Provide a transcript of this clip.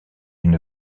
une